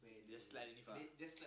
then just like